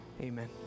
amen